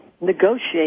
negotiate